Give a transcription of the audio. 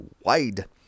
wide